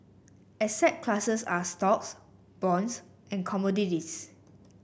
asset classes are stocks bonds and commodities